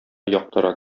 яктыра